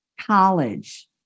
college